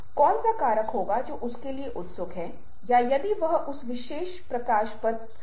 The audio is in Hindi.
जीत का संकेत है जो चर्चिल ने लोकप्रिय किया और अगर हथेली बदल जाती है तो यह एक अश्लील प्रतीक बन जाता है